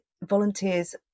volunteers